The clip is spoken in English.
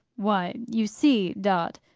why, you see, dot,